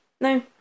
No